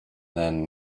then